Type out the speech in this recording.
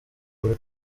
buri